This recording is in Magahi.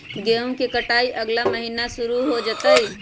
गेहूं के कटाई अगला महीना शुरू हो जयतय